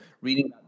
reading